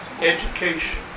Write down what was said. education